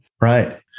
Right